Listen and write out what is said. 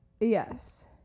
yes